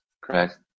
correct